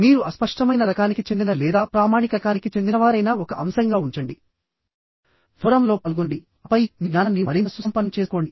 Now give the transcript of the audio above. మీరు అస్పష్టమైన రకానికి చెందినవారైనా లేదా ప్రామాణిక రకానికి చెందినవారైనా ఒక అంశంగా ఉంచండి ఫోరమ్లలో పాల్గొనండి ఆపై మీ జ్ఞానాన్ని మరింత సుసంపన్నం చేసుకోండి